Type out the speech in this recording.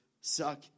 suck